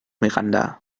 miranda